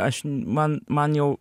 aš man man jau